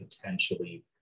potentially